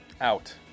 out